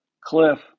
Cliff